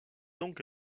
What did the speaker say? donc